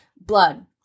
blood